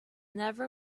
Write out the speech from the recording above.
never